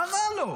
מה רע לו?